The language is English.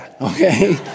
okay